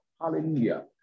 Hallelujah